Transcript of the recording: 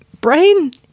brain